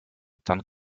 dann